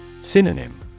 Synonym